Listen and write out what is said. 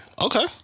okay